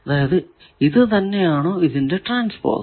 അതായതു ഇത് തന്നെ ആണോ ഇതിന്റെ ട്രാൻസ്പോസ്